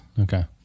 Okay